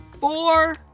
four